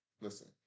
listen